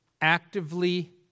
Actively